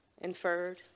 Inferred